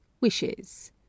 wishes